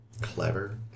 Clever